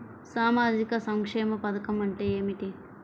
సామాజిక సంక్షేమ పథకం అంటే ఏమిటి?